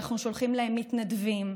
שאנחנו שולחים להם מתנדבים,